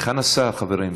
היכן השר, חברים?